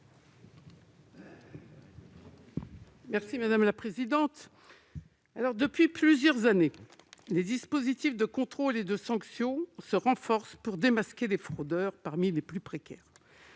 l'amendement n° 1258. Depuis plusieurs années, les dispositifs de contrôle et de sanction se renforcent pour démasquer les fraudeurs parmi les plus précaires.